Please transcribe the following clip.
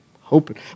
hoping